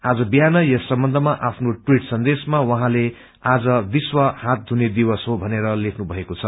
आज बिहान यस सम्बन्ध्मा आफ्नो इवीट सन्देशमा उहाँले आज विश्व हात धुने दिवस हो भनेरलेख्नु भएको छ